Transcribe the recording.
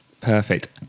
Perfect